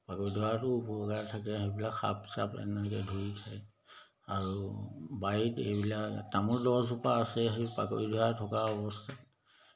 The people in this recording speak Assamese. পাকৈধৰাটো উপকাৰ থাকে সেইবিলাক সাপ চাপ এনেকৈ ধৰি খায় আৰু বাৰীত এইবিলাক তামোল দহজোপা আছে সেই পাকৈধৰা থকা অৱস্থাত